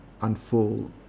unfold